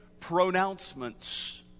pronouncements